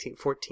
1914